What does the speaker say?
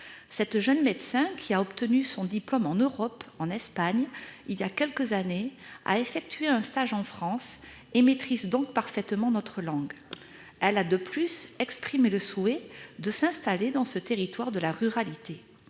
Cette jeune médecin qui a obtenu son diplôme en Europe, en Espagne il y a quelques années à effectuer un stage en France émettrice donc parfaitement notre langue. Elle a de plus exprimé le souhait de s'installer dans ce territoire de la ruralité.